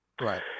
Right